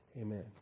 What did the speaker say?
Amen